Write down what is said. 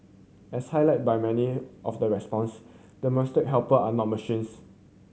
as highlight by many of the response domestic helper are not machines